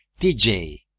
TJ